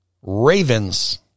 Ravens